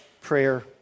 prayer